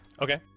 Okay